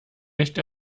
nicht